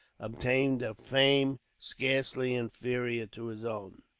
obtained a fame scarcely inferior to his own,